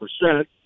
percent